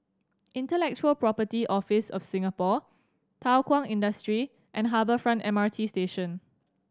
Intellectual Property Office of Singapore Thow Kwang Industry and Harbour Front M R T Station